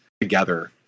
together